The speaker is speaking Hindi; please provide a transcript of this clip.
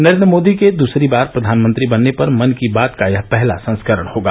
नरेन्द्र मोदी के दूसरी बार प्रधानमंत्री बनने पर मन की बात का यह पहला संस्करण होगा